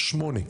שמונה.